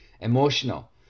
emotional